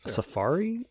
Safari